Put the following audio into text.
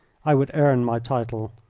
i would earn my title.